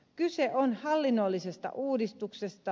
kyse on hallinnollisesta uudistuksesta